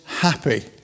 happy